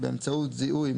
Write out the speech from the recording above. באמצעות זיהוי,